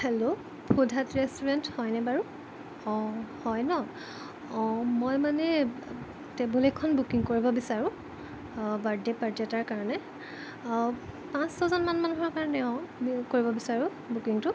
hello ফুড হাট ৰেষ্টুৰেণ্ট হয়নে বাৰু অঁ হয় ন অঁ মই মানে টেবুল এখন বুকিং কৰিব বিচাৰোঁ বাৰ্থডে' পাৰ্টি এটাৰ কাৰণে পাঁচ ছয়জন মান মানুহৰ কাৰণে অ' কৰিব বিচাৰোঁ বুকিংটো